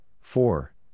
four